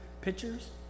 pictures